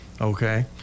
Okay